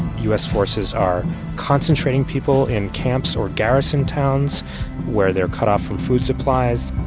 u s. forces are concentrating people in camps or garrison towns where they're cut off from food supplies.